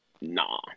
Nah